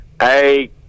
Hey